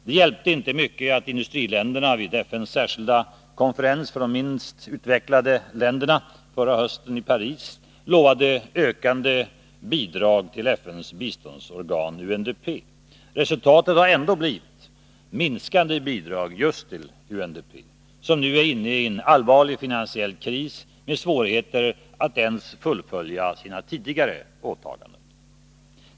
Det hjälpte inte mycket att industriländerna vid FN:s särskilda konferens för de minst utvecklade länderna i Paris förra våren lovade ökande bidrag till FN:s biståndsorgan UNDP. Resultatet har ändå blivit minskande bidrag just till UNDP, som nu är inne i en allvarlig finansiell kris med svårigheter att fullfölja ens sina tidigare åtaganden.